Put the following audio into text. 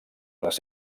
les